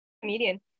Comedian